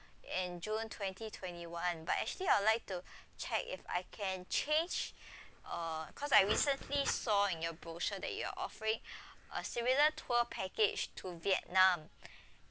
in june twenty twenty one but actually I would like to check if I can change or cause I recently saw in your brochure that you are offering a similar tour package to vietnam